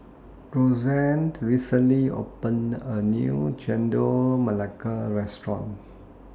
Roseann recently opened A New Chendol Melaka Restaurant